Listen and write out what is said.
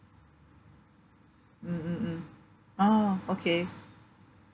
mm mm mm orh okay